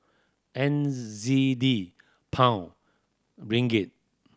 N Z D Pound Ringgit